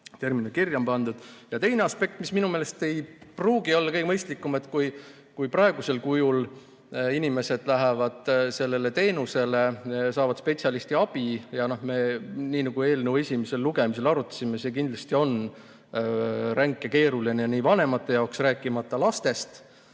termini all kirja on pandud. Teine aspekt, mis minu meelest ei pruugi olla kõige mõistlikum. Kui praegusel kujul inimesed lähevad sellele teenusele, saavad spetsialisti abi ja, nii nagu me eelnõu esimesel lugemisel arutasime, see kindlasti on ränk ja keeruline vanemate jaoks, rääkimata lastest.